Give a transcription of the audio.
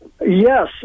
Yes